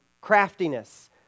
craftiness